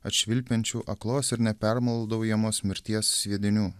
atšvilpiančių aklos ir nepermaldaujamos mirties sviedinių